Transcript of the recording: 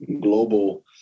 global